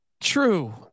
true